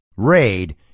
Raid